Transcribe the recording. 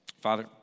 Father